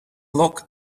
lock